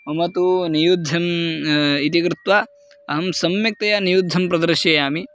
मम तु नियुद्धम् इति कृत्वा अहं सम्यक्तया नियुद्धं प्रदर्शयामि